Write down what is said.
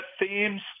themes